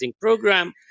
program